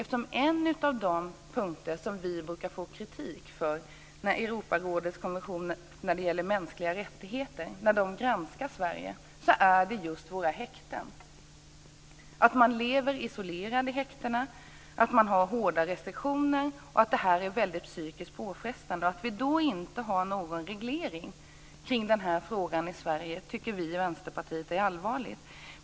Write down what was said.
En av de punkter som vi brukar få kritik för när Sverige granskas utifrån Europarådets konvention om mänskliga rättigheter är just våra häkten. Man lever isolerad i häktena och man har hårda restriktioner. Det är psykiskt mycket påfrestande. Att vi då inte har någon reglering av den här frågan i Sverige tycker vi i Vänsterpartiet är allvarligt.